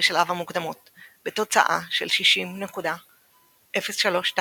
בשלב המוקדמות בתוצאה של 60.032 נק',